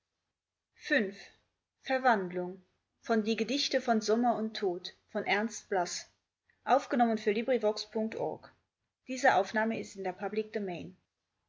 die gedichte von sommer und tod